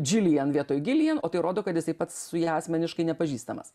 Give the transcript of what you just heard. džiulijan vietoj gilijan o tai rodo kad jisai pats asmeniškai nepažįstamas